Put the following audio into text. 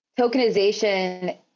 tokenization